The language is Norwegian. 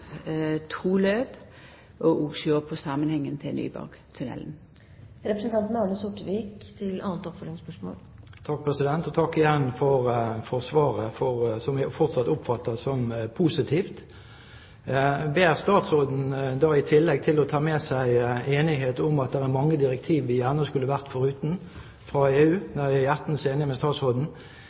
to løp og sjå på samanhengen med Nyborgtunnelen. Jeg takker igjen for svaret, som jeg fortsatt oppfatter som positivt. Jeg ber statsråden om å ta med seg en enighet om at det er mange direktiv fra EU vi gjerne skulle ha vært foruten. Der er jeg hjertens enig med statsråden. Men jeg er